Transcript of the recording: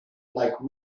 like